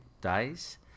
days